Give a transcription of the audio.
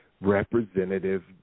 representative